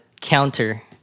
counter